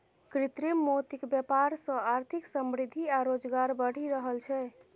कृत्रिम मोतीक बेपार सँ आर्थिक समृद्धि आ रोजगार बढ़ि रहल छै